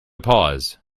pause